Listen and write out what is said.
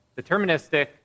deterministic